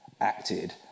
acted